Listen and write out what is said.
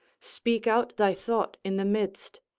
speak out thy thought in the midst.